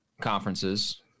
conferences